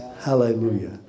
Hallelujah